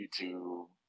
YouTube